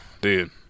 dude